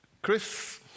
Chris